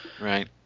Right